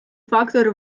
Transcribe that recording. фактор